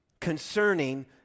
concerning